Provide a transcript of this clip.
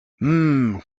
hmm